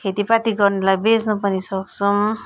खेतीपाती गर्नेलाई बेच्नु पनि सक्छौँ